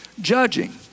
judging